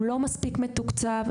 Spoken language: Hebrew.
הוא לא מספיק מתוקצב,